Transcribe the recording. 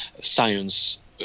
science